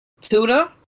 tuna